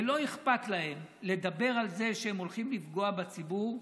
ולא אכפת להם לדבר על זה שהם הולכים לפגוע בציבור.